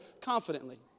confidently